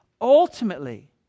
ultimately